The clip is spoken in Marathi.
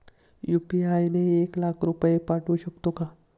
यु.पी.आय ने एक लाख रुपये पाठवू शकतो का?